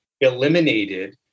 eliminated